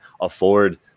afford